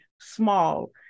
small